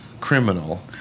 criminal